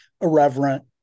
irreverent